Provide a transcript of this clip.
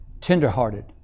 tender-hearted